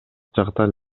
жактан